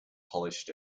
polished